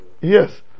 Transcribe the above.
yes